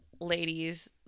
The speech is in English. ladies